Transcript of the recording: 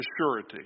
surety